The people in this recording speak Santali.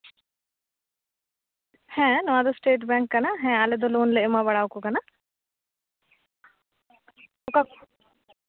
ᱦᱮᱸ ᱱᱚᱣᱟ ᱫᱚ ᱤᱥᱴᱮᱴ ᱵᱮᱝᱠ ᱠᱟᱱᱟ ᱦᱮᱸ ᱟᱞᱮ ᱫᱚ ᱞᱚᱱ ᱞᱮ ᱮᱢᱟ ᱵᱟᱲᱟᱣᱟᱠᱚ ᱠᱟᱱᱟ ᱚᱠᱟ ᱠᱷᱚᱡ